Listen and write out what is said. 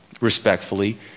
respectfully